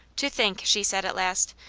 to think, she said, at last,